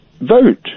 Vote